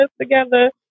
together